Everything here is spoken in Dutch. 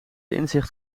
inzicht